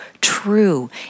true